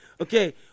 okay